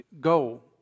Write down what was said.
Go